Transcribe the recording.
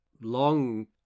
long